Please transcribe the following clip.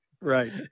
Right